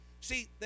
See